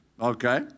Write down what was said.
okay